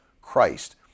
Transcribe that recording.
Christ